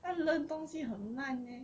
她 learn 东西很慢 leh